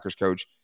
coach